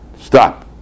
Stop